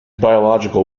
biological